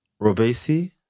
Robesi